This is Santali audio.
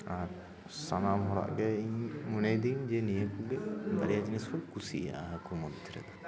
ᱟᱨ ᱥᱟᱱᱟᱢ ᱦᱚᱲᱟᱜ ᱜᱮ ᱤᱧ ᱢᱚᱱᱮᱭ ᱫᱚᱹᱧ ᱡᱮ ᱱᱤᱭᱟᱹ ᱠᱚᱜᱮ ᱵᱟᱨᱭᱟ ᱡᱤᱱᱤᱥ ᱠᱚ ᱠᱩᱥᱤᱭᱟᱜᱼᱟ ᱦᱟᱹᱠᱩ ᱢᱚᱫᱽᱫᱷᱮ ᱨᱮᱫᱚ